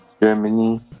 Germany